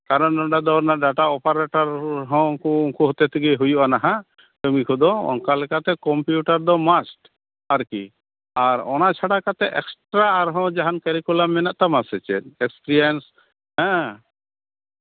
ᱠᱟᱨᱚᱱ ᱱᱚᱸᱰᱮ ᱫᱚ ᱰᱟᱴᱟ ᱚᱯᱟᱨᱮᱴᱚᱨ ᱦᱚᱸ ᱩᱱᱠᱩ ᱦᱚᱛᱮ ᱛᱮᱜᱮ ᱦᱩᱭᱩᱜᱼᱟ ᱱᱟᱦᱟᱜ ᱠᱟᱹᱢᱤ ᱠᱚᱫᱚ ᱚᱱᱠᱟ ᱞᱮᱠᱟᱛᱮ ᱠᱚᱢᱯᱤᱭᱩᱴᱟᱨ ᱫᱚ ᱢᱟᱥᱴ ᱟᱨᱠᱤ ᱚᱱᱟ ᱪᱷᱟᱰᱟ ᱠᱟᱛᱮᱫ ᱮᱠᱥᱴᱨᱟ ᱟᱨᱦᱚᱸ ᱡᱟᱦᱟᱱ ᱠᱟᱹᱨᱤᱠᱩᱞᱟᱢ ᱢᱮᱱᱟᱜ ᱛᱟᱢᱟ ᱥᱮ ᱪᱮᱫ ᱮᱠᱥᱯᱨᱤᱭᱮᱱᱥ ᱦᱮᱸ